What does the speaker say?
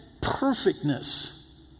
perfectness